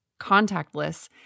contactless